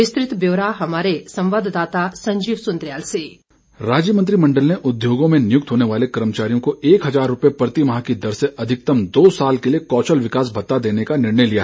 विस्तृत ब्यौरा हमारे संवाददाता संजीव सुन्द्रियाल से राज्य मंत्रिमण्डल ने उद्योगों में नियुक्त होने वाले कर्मचारियों को एक हजार रूपए प्रतिमाह की दर से अधिकतम दो वर्ष के लिए कौशल विकास भत्ता प्रदान करने का निर्णय लिया